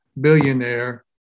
billionaire